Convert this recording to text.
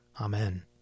Amen